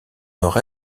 nord